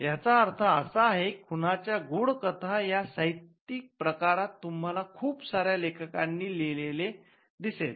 याचा अर्थ असा आहे खुनाच्या गूढ कथा या साहित्य प्रकारात तुम्हाला खूप साऱ्या लेखकांनी लिहिलेले दिसेल